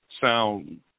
sound